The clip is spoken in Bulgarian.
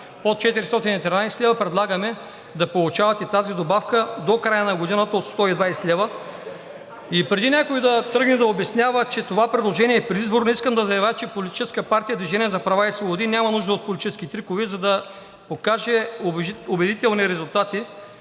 от 413 лв. предлагаме да получават и тази добавка до края на годината от 120 лв. И преди някой да тръгва да обяснява, че това предложение е предизборно, искам да заявя, че Политическа партия „Движение за права и свободи“ няма нужда от политически трикове, за да покаже убедителни резултати